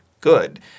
good